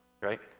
right